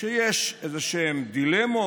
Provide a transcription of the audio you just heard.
כשיש איזשהן דילמות,